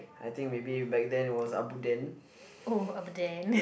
oh then